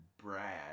brad